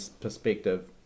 perspective